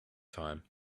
time